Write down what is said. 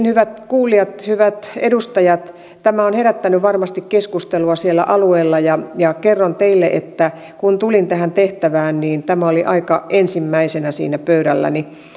hyvät kuulijat hyvät edustajat tämä on herättänyt varmasti keskustelua siellä alueilla ja ja kerron teille että kun tulin tähän tehtävään niin tämä oli aika ensimmäisenä siinä pöydälläni